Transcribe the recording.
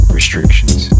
Restrictions